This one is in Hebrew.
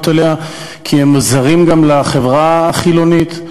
אליה כי הם זרים גם לחברה החילונית.